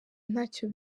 ntacyo